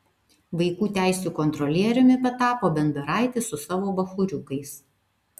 vaikų teisių kontrolieriumi patapo bendoraitis su savo bachūriukais